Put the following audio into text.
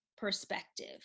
perspective